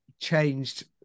changed